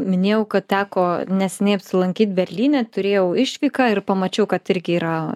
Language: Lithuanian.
minėjau kad teko neseniai apsilankyt berlyne turėjau išvyką ir pamačiau kad irgi yra